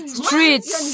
streets